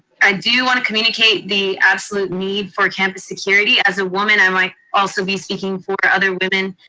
i do wanna communicate the absolute need for campus security. as a woman, i might also be speaking for other women,